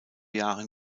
jahren